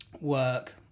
Work